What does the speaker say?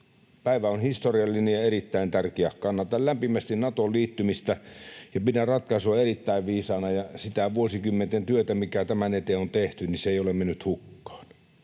Päivä on historiallinen ja erittäin tärkeä. Kannatan lämpimästi Natoon liittymistä, ja pidän ratkaisua erittäin viisaana. Se vuosikymmenten työ, mikä tämän eteen on tehty, ei ole mennyt hukkaan.